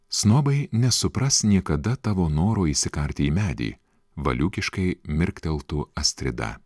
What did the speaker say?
snobai nesupras niekada tavo noro įsikarti į medį valiūkiškai mirkteltų astrida